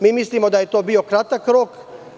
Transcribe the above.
Mi mislimo da je to bio kratak rok.